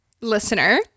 listener